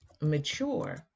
mature